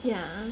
yeah